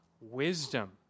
wisdom